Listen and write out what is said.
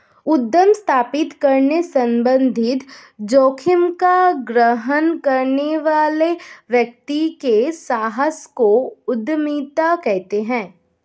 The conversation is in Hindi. उद्यम स्थापित करने संबंधित जोखिम का ग्रहण करने वाले व्यक्ति के साहस को उद्यमिता कहते हैं